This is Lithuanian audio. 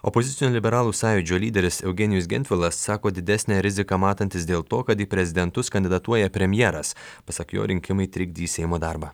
opozicinio liberalų sąjūdžio lyderis eugenijus gentvilas sako didesnę riziką matantis dėl to kad į prezidentus kandidatuoja premjeras pasak jo rinkimai trikdys seimo darbą